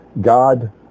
God